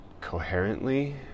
coherently